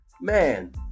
man